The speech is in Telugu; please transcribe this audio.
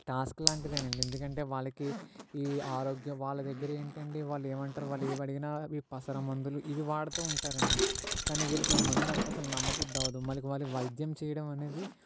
టాస్క్ లాంటిదేనండి ఎందుకంటే వాళ్ళకి ఈ ఆరోగ్య వాళ్ళ దగ్గర ఏంటండి వాళ్ళు ఏమంటారు వాళ్ళు ఏమడిగినా అవి పసరమందులు ఇవి వాడుతూ ఉంటారండి కానీ వీళ్ళకి మందంటే నమ్మబుద్ధి అవ్వదు మళ్ళీ వాళ్ళకి వైద్యం చేయడం అనేది